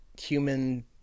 human